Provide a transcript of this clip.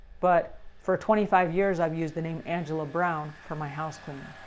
but for twenty five years i've used the name angela brown for my housecleaning.